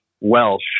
Welsh